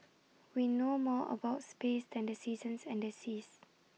we know more about space than the seasons and the seas